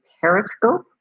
periscope